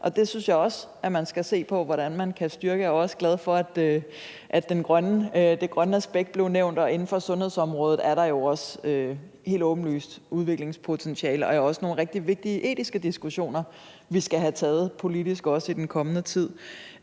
og jeg synes også, man skal se på, hvordan man kan styrke det. Jeg er også glad for, at det grønne aspekt bliver nævnt, ligesom der inden for sundhedsområdet også helt åbenlyst er udviklingspotentialer. Der er også nogle rigtig vigtige etiske diskussioner, vi også politisk skal have taget i den kommende tid.